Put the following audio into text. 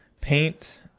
paint